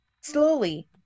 slowly